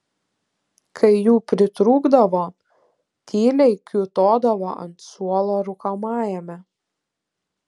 kai jų pritrūkdavo tyliai kiūtodavo ant suolo rūkomajame